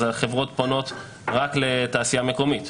אז החברות פונות רק לתעשייה המקומית.